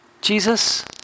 Jesus